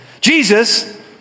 Jesus